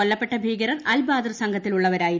കൊല്ലപ്പെട്ട ഭീകരർ അൽ ബാദർ സംഘത്തിലുള്ളവരായിരുന്നു